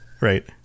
Right